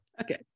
Okay